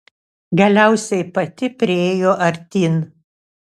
galiausiai pati priėjo artyn